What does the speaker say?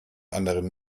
anderen